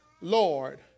Lord